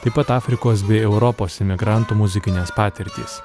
taip pat afrikos bei europos imigrantų muzikinės patirtys